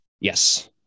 Yes